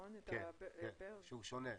כן, שהוא שונה.